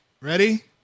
Ready